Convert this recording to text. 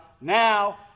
now